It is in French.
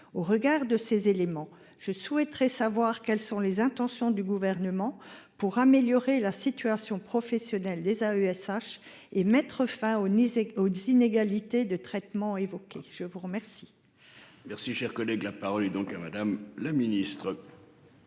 au regard de ces éléments, je souhaiterais savoir quelles sont les intentions du gouvernement pour améliorer la situation professionnelle des AESH et mettre fin au NYSE et aux inégalités de traitement. Je vous remercie.